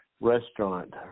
restaurant